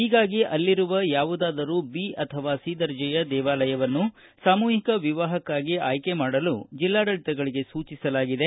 ಹೀಗಾಗಿ ಅಲ್ಲಿರುವ ಯಾವುದಾದರೂ ಬ ಅಥವಾ ಸಿ ದರ್ಜೆಯ ದೇವಾಲಯವನ್ನು ಸಾಮೂಹಿಕ ವಿವಾಹಕ್ಕಾಗಿ ಅಯ್ಕೆ ಮಾಡಲು ಜಿಲ್ಲಾಡಳಿತಗಳಿಗೆ ಸೂಚಿಸಲಾಗಿದೆ